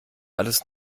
alles